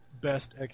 best